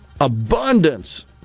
abundance